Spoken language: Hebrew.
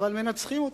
אבל מנצחים אותו,